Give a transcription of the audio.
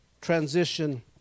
transition